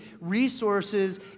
Resources